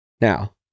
Now